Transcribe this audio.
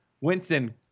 Winston